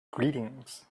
greetings